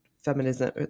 feminism